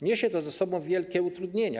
Niesie to za sobą wielkie utrudnienia.